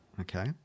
Okay